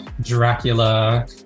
Dracula